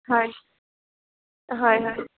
হয় হয় হয়